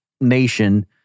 nation